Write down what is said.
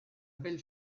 belle